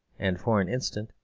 and, for an instant,